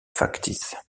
factices